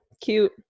Cute